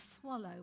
swallow